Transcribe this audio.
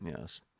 Yes